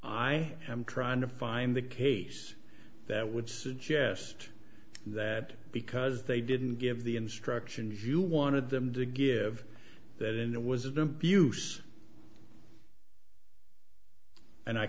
i am trying to find the case that would suggest that because they didn't give the instructions you wanted them to give that in there was